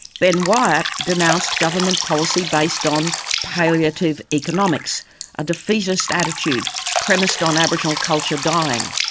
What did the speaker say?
ben wyatt denounced government policy based on palliative economics a defeatist attitude premised on aboriginal culture dying.